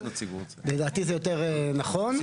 לדעתי זה יותר נכון.